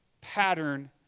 pattern